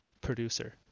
producer